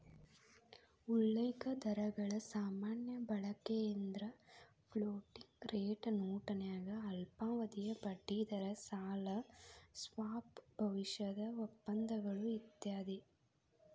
ಉಲ್ಲೇಖ ದರಗಳ ಸಾಮಾನ್ಯ ಬಳಕೆಯೆಂದ್ರ ಫ್ಲೋಟಿಂಗ್ ರೇಟ್ ನೋಟನ್ಯಾಗ ಅಲ್ಪಾವಧಿಯ ಬಡ್ಡಿದರ ಸಾಲ ಸ್ವಾಪ್ ಭವಿಷ್ಯದ ಒಪ್ಪಂದಗಳು ಇತ್ಯಾದಿ